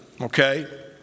okay